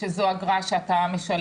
שזו אגרה שאתה משלם.